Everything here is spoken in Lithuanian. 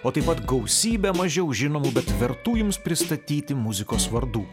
o taip pat gausybe mažiau žinomų bet vertų jums pristatyti muzikos vardų